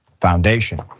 Foundation